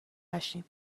نشیم